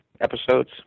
episodes